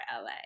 LA